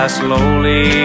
slowly